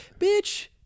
Bitch